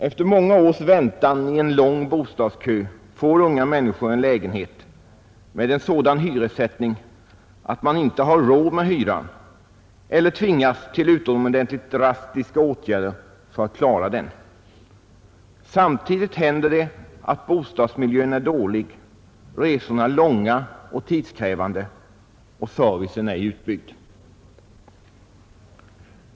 Efter många års väntan i en lång bostadskö får unga människor en lägenhet med en sådan hyressättning att de inte har råd med hyran eller tvingas till utomordentligt drastiska åtgärder för att klara den. Samtidigt händer det att bostadsmiljön är dålig, resorna långa och tidskrävande och servicen ej utbyggd.